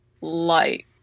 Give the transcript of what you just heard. light